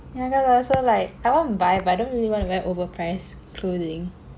and then I also like I wanna buy but I don't really want to wear overpriced clothing